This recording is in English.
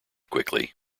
quickly